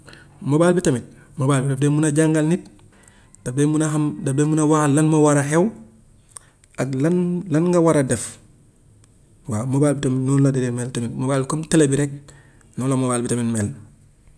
Mobile bu tele mobile bi daf dee mën a jàngal nit, daf dee mën a xam, daf dee mën a waxal lan moo war a xew ak lan lan nga war a def, waaw mobile bi tamit noonu la dee mel tamit. Mobile comme tele bi rek noonu la mobile bi tamit mel.